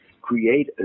create